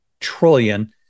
trillion